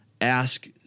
ask